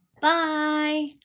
Bye